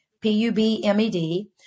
P-U-B-M-E-D